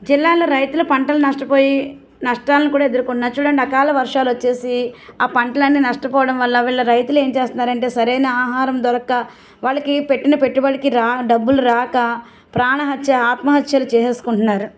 జిల్లాలో రైతులు పంటలు నష్టపోయి నష్టాలను కూడా ఎదుర్కొన్నారు చూడండి అకాల వర్షాలు వచ్చేసి ఆ పంటలు నష్టపోవడం వల్ల వీళ్ళ రైతులు ఏమి చేస్తున్నారంటే సరైన ఆహారం దొరకక వాళ్లకి పెట్టిన పెట్టబడులకి డబ్బులు రాక ప్రాణహత్య ఆత్మహత్యలు చేసేసుకుంటున్నారు